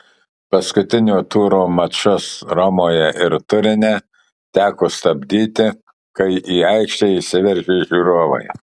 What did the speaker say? paskutinio turo mačus romoje ir turine teko stabdyti kai į aikštę įsiveržė žiūrovai